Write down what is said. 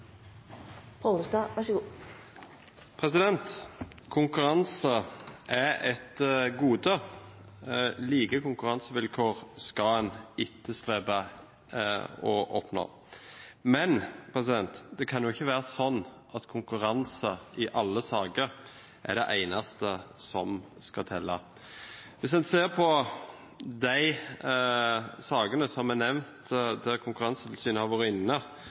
et gode, og like konkurransevilkår skal en etterstrebe å oppnå. Men det kan ikke være sånn at konkurranse i alle saker er det eneste som skal telle. Hvis en ser på sakene der Konkurransetilsynet har vært inne